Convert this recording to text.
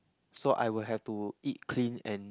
so I will have to eat clean and